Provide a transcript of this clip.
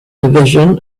division